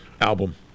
album